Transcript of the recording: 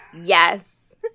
Yes